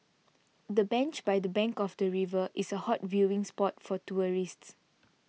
the bench by the bank of the river is a hot viewing spot for tourists